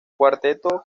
cuarteto